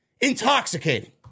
intoxicating